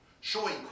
showing